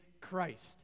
Christ